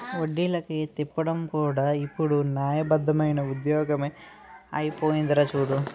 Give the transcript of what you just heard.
వడ్డీలకి తిప్పడం కూడా ఇప్పుడు న్యాయబద్దమైన ఉద్యోగమే అయిపోందిరా చూడు